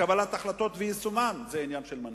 וקבלת החלטות ויישומן זה עניין של מנהיגות,